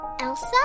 Elsa